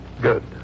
Good